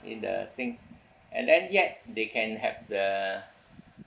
in the thing and then yet they can have the